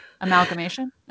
Amalgamation